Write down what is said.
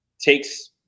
takes